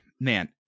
man